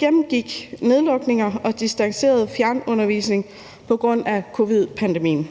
gennemgik nedlukninger og distancerende fjernundervisning på grund af covidpandemien.